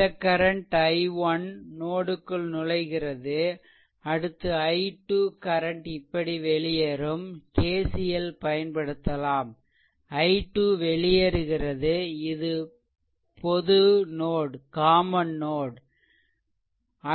இந்த current i1 நோடுக்குள் நுழைகிறது அடுத்து i 2 கரண்ட் இப்படி வெளியேறும் KCL பயன்படுத்தலாம் i 2 வெளியேறுகிறது இது பொது node